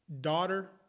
daughter